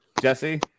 Jesse